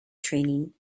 training